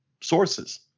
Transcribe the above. sources